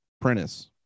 Prentice